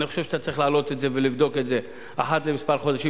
אני חושב שאתה צריך להעלות את זה ולבדוק את זה אחת לכמה חודשים,